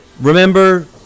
Remember